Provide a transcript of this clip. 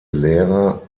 lehrer